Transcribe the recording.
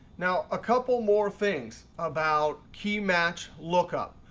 now a couple more things about key match lookup.